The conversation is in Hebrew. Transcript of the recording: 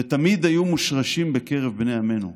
ותמיד היו מושרשים בקרב בני עמנו.